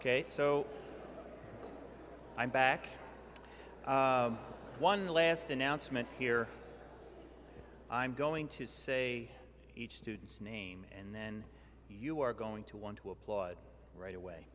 ok so i'm back one last announcement here i'm going to say each student's name and then you are going to want to applaud right away